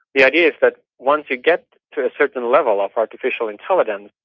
the idea is that once you get to a certain level of artificial intelligence,